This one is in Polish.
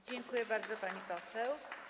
Dziękuję bardzo, pani poseł.